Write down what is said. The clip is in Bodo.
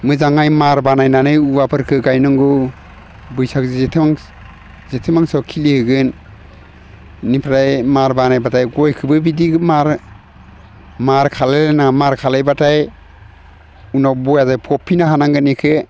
मोजाङै मार बानायनानै औवाफोरखौ गायनांगौ बैसाग जेथोआवनो जेथो मासोआव खिलि हैगोन बेनिफ्राय मार बानायबाथाय गयखौबो बिदि मार मार खालाम लायनाङा मार खालामबाथाय उनाव बेया जायो फबफिननो हानांगोन बेखौ